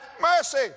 mercy